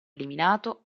eliminato